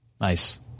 Nice